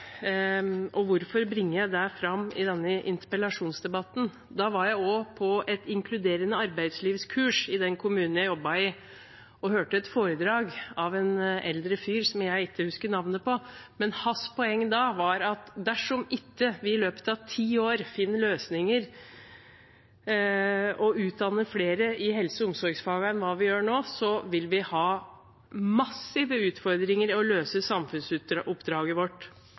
og hvorfor bringer jeg det fram i denne interpellasjonsdebatten? Jo, da var jeg på et kurs om inkluderende arbeidsliv i den kommunen jeg jobbet i, og hørte et foredrag av en eldre fyr som jeg ikke husker navnet på. Hans poeng da var at dersom vi ikke i løpet av ti år fant løsninger for å utdanne flere i helse- og omsorgsfagene enn hva vi gjorde da, ville vi ha massive utfordringer med å løse samfunnsoppdraget vårt